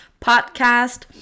podcast